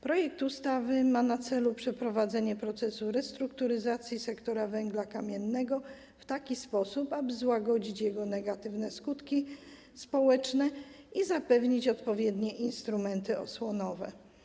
Projekt ustawy ma na celu przeprowadzenie procesu restrukturyzacji sektora węgla kamiennego w taki sposób, aby złagodzić jego negatywne skutki społeczne i zapewnić odpowiednie instrumenty osłonowe.